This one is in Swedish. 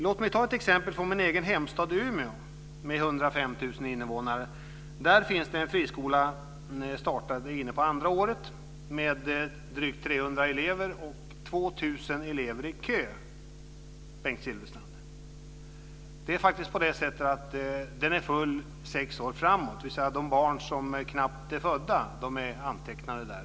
Låt mig ta ett exempel från min egen hemstad Umeå med 105 000 invånare. Där finns det en friskola som är inne på andra året. Den har drygt 300 elever och 2 000 elever i kö, Bengt Silfverstrand. Den är full sex år framåt. De barn som är knappt är födda är redan antecknade där.